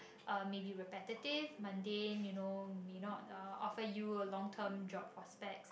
uh maybe repetitive mundane you know may not uh offer you a long term job prospects